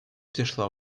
пришло